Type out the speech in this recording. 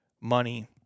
money